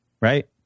right